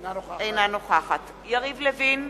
אינה נוכחת יריב לוין,